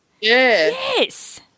Yes